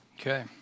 Okay